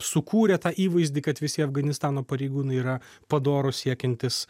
sukūrė tą įvaizdį kad visi afganistano pareigūnai yra padorūs siekiantis